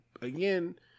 again